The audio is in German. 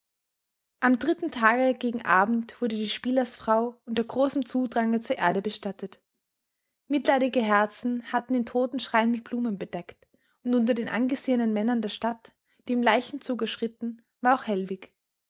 am dritten tage gegen abend wurde die spielersfrau unter großem zudrange zur erde bestattet mitleidige herzen hatten den totenschrein mit blumen bedeckt und unter den angesehenen männern der stadt die im leichenzuge schritten war auch hellwig